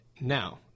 Now